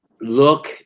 look